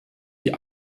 die